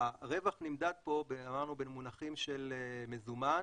הרווח נמדד פה במונחים של מזומן,